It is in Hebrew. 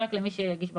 רק למי שיגיש בקשה.